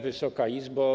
Wysoka Izbo!